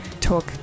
talk